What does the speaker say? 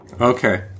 Okay